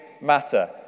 matter